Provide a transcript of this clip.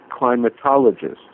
climatologists